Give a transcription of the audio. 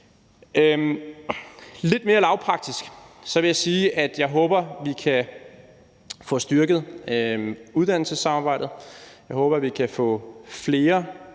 Lidt mere lavpraktisk vil jeg sige, at jeg håber, at vi kan få styrket uddannelsessamarbejdet. Jeg håber, vi kan få flere